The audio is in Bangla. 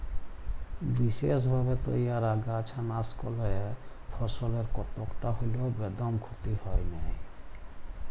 বিসেসভাবে তইয়ার আগাছানাসকলে ফসলের কতকটা হল্যেও বেদম ক্ষতি হয় নাই